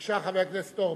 בבקשה, חבר הכנסת אורבך.